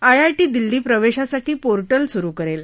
IIT Delhi प्रवेशासाठी portal सुरु करेल